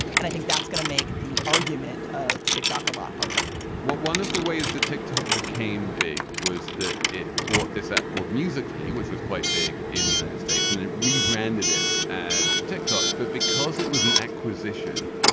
and i think that's going to make the argument of tic-tac a lot harder one of the ways that tick-tock became big was that it bought this app called musically, which was quite big in the united states, and they rebranded it as tick-tock. but because it was an acquisition,